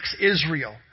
Israel